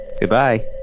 goodbye